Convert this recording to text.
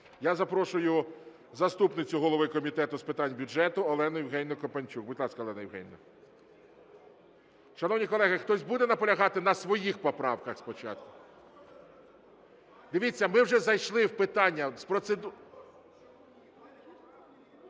Я запрошую заступницю голови Комітету з питань бюджету Олену Євгенівну Копанчук. Будь ласка, Олена Євгенівна. Шановні колеги, хтось буде наполягати на своїх поправках спочатку? Дивіться, ми вже зайшли в питання… (Шум